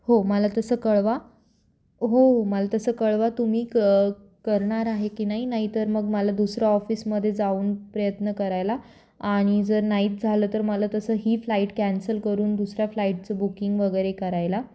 हो मला तसं कळवा हो मला तसं कळवा तुम्ही क करणार आहे की नाही नाहीतर मग मला दुसरा ऑफिसमध्ये जाऊन प्रयत्न करायला आणि जर नाहीच झालं तर मला तसं ही फ्लाईट कॅन्सल करून दुसऱ्या फ्लाईटचं बुकिंग वगैरे करायला